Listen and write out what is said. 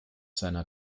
seiner